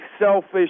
selfish